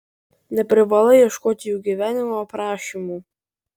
neprivalai ieškoti jų gyvenimo aprašymų